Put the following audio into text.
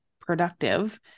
productive